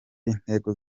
intego